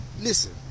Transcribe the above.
listen